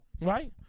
right